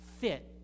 Fit